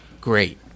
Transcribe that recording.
great